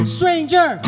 Stranger